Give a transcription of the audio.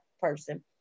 person